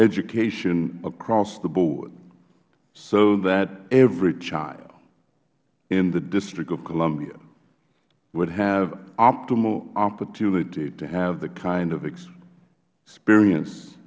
education across the board so that every child in the district of columbia would have optimal opportunity to have the kind of experience